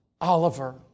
Oliver